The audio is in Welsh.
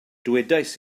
dywedais